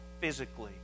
physically